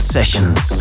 Sessions